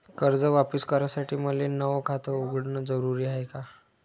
कर्ज वापिस करासाठी मले नव खात उघडन जरुरी हाय का?